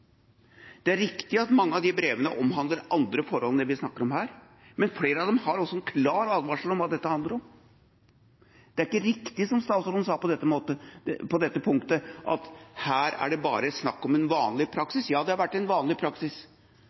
Det er riktig at mange av de brevene omhandler andre forhold enn det vi snakker om her, men flere av dem har også en klar advarsel om hva dette handler om. Det er ikke riktig, som statsråden sa på dette punktet, at det her bare er snakk om en vanlig praksis. Ja, det har vært en vanlig praksis,